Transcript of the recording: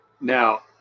now